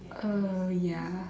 uh ya